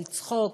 לצחוק,